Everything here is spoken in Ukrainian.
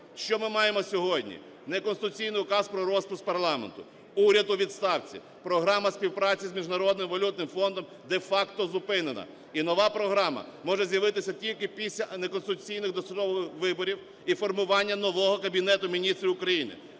Що ми маємо сьогодні? Неконституційний Указ про розпуск парламенту, уряд у відставці, програма співпраці з Міжнародним валютним фондом де-факто зупинена, і нова програма може з'явитися тільки після неконституційних дострокових виборів і формування нового Кабінету Міністрів України,